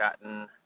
gotten